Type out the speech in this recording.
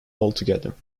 altogether